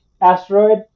Asteroid